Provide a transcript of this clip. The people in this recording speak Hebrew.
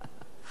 ואני,